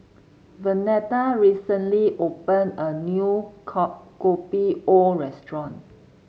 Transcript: Vernetta recently opened a new Kopi O restaurant